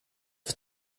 för